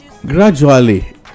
gradually